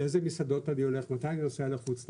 לאיזה מסעדות אני הולך ומתי אני נוסע לחוץ לארץ,